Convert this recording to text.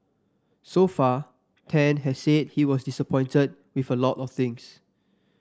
so far Tan has said he was disappointed with a lot of things